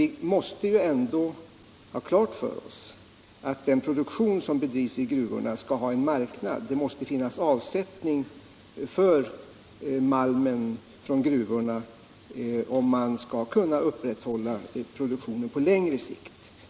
Vi skall emellertid ändå ha klart för oss att produktionen vid gruvorna måste ha en marknad. Det måste finnas avsättning för malmen från gruvorna om man på längre sikt skall kunna upprätthålla produktionen.